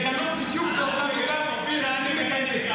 לגנות בדיוק באותה מידה שאני מגנה.